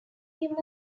him